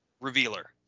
revealer